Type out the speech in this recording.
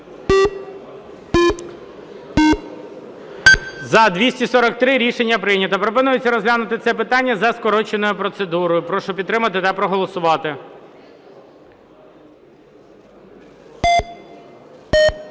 За-243 Рішення прийнято. Пропонується розглянути це питання за скороченою процедурою. Прошу підтримати та проголосувати. 14:46:16